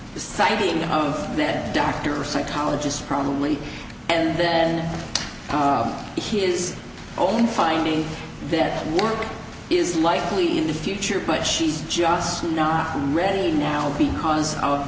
deciding on that doctor or psychologist probably and then he is own finding that work is likely in the future but she's just not ready now because of